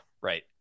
right